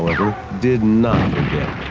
did not forget.